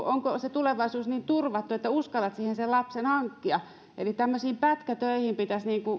onko tulevaisuus siinä tilanteessa niin turvattu että uskallat siihen lapsen hankkia eli tämmöisiin pätkätöihin pitäisi